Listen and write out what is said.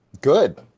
Good